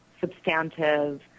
substantive